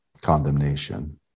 condemnation